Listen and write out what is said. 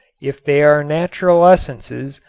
if they are natural essences,